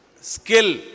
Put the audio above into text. skill